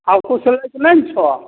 आओर किछु लैके नहि ने छौ